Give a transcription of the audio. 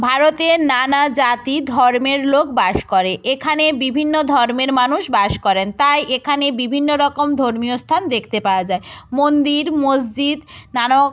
ভারতে নানা জাতি ধর্মের লোক বাস করে এখানে বিভিন্ন ধর্মের মানুষ বাস করেন তাই এখানে বিভিন্ন রকম ধর্মীয় স্থান দেখতে পাওয়া যায় মন্দির মসজিদ নানক